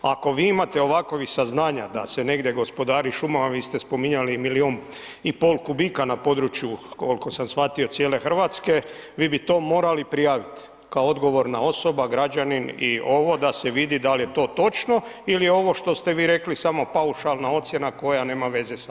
Ako vi imate ovakvih saznanja da se negdje gospodari šumama, vi ste spominjali milijun i pol kubika na području, koliko sam shvatio cijele Hrvatske, vi bi to morali prijaviti kao odgovorna osoba, građanin i ovo da se vidi da li je to točno ili je ovo što ste vi rekli samo paušalna ocjena koja nema veze sa istinom.